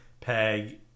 PEG